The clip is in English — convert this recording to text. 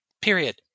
Period